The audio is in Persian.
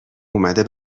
اومده